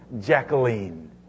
Jacqueline